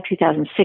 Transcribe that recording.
2006